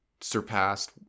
surpassed